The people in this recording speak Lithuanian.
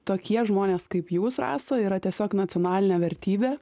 tokie žmonės kaip jūs rasa yra tiesiog nacionalinė vertybė